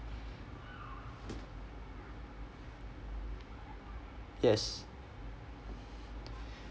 yes